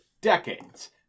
decades